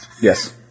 Yes